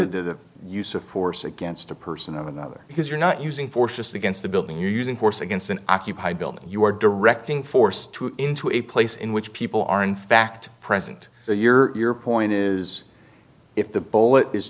me the use of force against a person of another because you're not using force against the building you're using force against an occupied building you are directing force to into a place in which people are in fact present so your point is if the bullet is